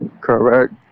Correct